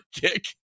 kick